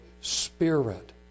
Spirit